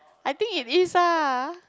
I think it is ah